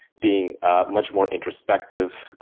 being ah much more introspective,